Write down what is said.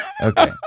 Okay